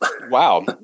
Wow